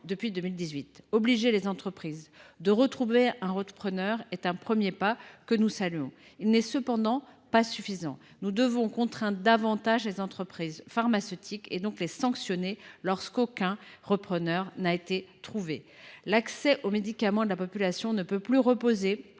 depuis 2018. Obliger les entreprises à trouver un repreneur est un premier pas que nous saluons, mais ce n’est pas suffisant. Nous devons contraindre davantage les entreprises pharmaceutiques et les sanctionner lorsqu’aucun repreneur n’a été trouvé. L’accès de la population aux médicaments